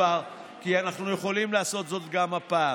כי אנחנו יכולים לעשות זאת גם הפעם,